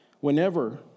Whenever